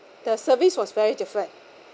the service was very different